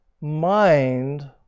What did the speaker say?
mind